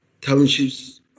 townships